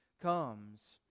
comes